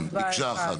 כן, מקשה אחת.